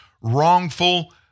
wrongful